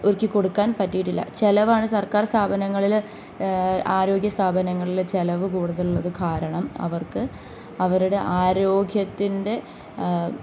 ഒരുക്കി കൊടുക്കാൻ പറ്റിയിട്ടില്ല ചെലവാണ് സർക്കാർ സ്ഥാപനങ്ങളിൽ ആരോഗ്യ സ്ഥാപനങ്ങളിൽ ചെലവ് കൂടുതലുള്ളത് കാരണം അവർക്ക് അവരുടെ ആരോഗ്യത്തിൻ്റെ